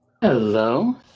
Hello